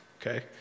Okay